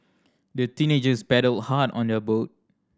the teenagers paddled hard on their boat